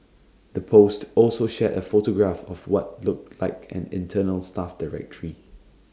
the post also shared A photograph of what looked like an internal staff directory